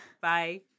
Bye